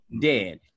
Dead